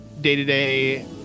Day-to-day